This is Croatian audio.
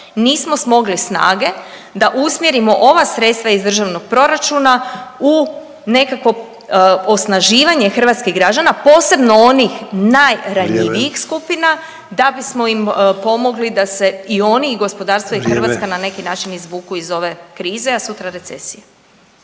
nismo smogli snage da usmjerimo ova sredstva iz državnog proračuna u nekakvo osnaživanje hrvatskih građana, posebno onih najranjivijih .../Upadica: Vrijeme./... skupina, da bismo im pomogli da se i oni i gospodarstvo .../Upadica: Vrijeme./... i Hrvatska na neki način izvuku iz ove krize, a sutra recesije.